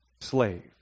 slave